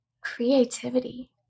Creativity